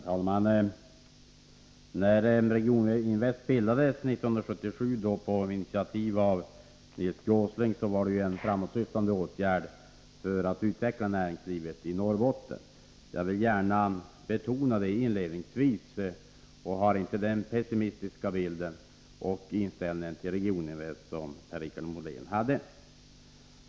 Herr talman! När Regioninvest bildades 1977 — på initiativ av Nils G. Åsling — var det en framåtsyftande åtgärd för att utveckla näringslivet i Norrbotten. Jag vill gärna betona det inledningsvis, eftersom jag inte har den pessimistiska inställning till Regioninvest som Per-Richard Molén visade.